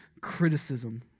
criticism